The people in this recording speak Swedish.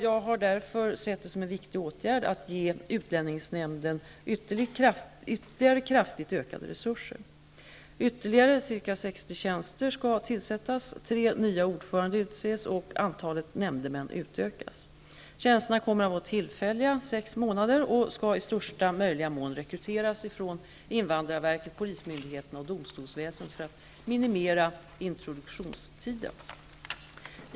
Jag har därför sett det som en viktig åtgärd att ge utlänningsnämnden kraftigt ökade resurser. Ytterligare ca 60 tjänster skall tillsättas, tre nya ordförande utses och antalet nämndemän utökas. Tjänsterna kommer att vara tillfälliga, sex månader, och tjänstemännen skall i största möjliga mån rekryteras från invandrarverket, polismyndigheterna och domstolsväsendet för att minimera introduktionstiden.